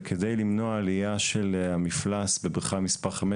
וכדי למנוע עלייה של המפלס בבריכה מספר 5